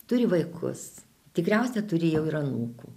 turi vaikus tikriausiai turi jau ir anūkų